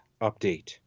update